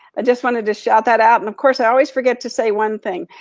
ah just wanted to shout that out. and, of course, i always forget to say one thing.